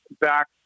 back